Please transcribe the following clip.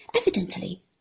evidently